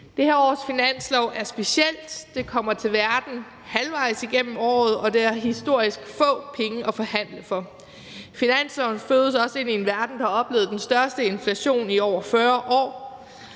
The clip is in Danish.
Det her års finanslovsforslag er specielt. Det kommer til verden halvvejs igennem året, og der er historisk få penge at forhandle for. Finanslovsforslaget fødes også ind i en verden, der har oplevet den største inflation i over 40 år,